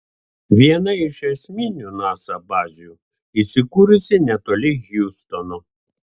viena iš esminių nasa bazių įsikūrusi netoli hjustono